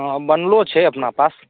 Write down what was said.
हँ बनलो छै अपना पास